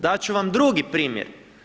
Dat ću vam drugi primjer.